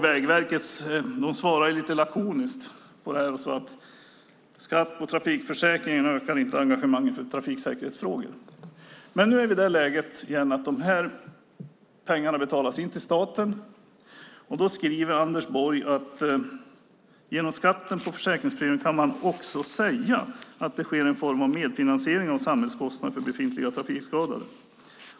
Vägverket svarade lite lakoniskt på detta och sade att skatt på trafikförsäkringen inte ökar engagemanget för trafiksäkerhetsfrågor. Nu är vi dock återigen i det läge att dessa pengar betalas in till staten, och då skriver Anders Borg att man genom skatten på försäkringspremien också kan säga att det sker en form av medfinansiering av samhällskostnaderna för befintliga trafikskadade.